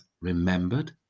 remembered